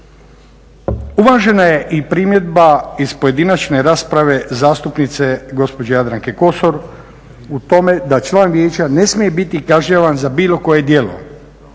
Uvažena je primjedba iz pojedinačne rasprave zastupnice gospođe Jadranke Kosor u tome da član vijeća ne smije biti kažnjavan za bilo koje djelo.